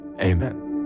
Amen